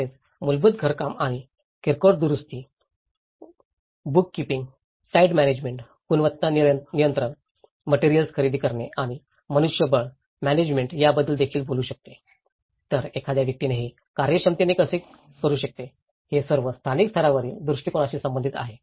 तसेच मूलभूत घरकाम आणि किरकोळ दुरुस्ती बुककीपिंग साइट म्यानेजमेंट गुणवत्ता नियंत्रण मटेरिअल्स खरेदी करणे आणि मनुष्यबळ म्यानेजमेंट याबद्दल देखील बोलू शकते तर एखाद्या व्यक्तीने हे कार्यक्षमतेने कसे करू शकते हे सर्व स्थानिक स्तरावरील दृष्टिकोनांशी संबंधित आहे